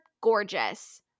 gorgeous